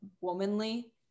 womanly